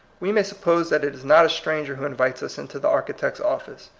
we may suppose that it is not a stranger who in vites us into the architect's office.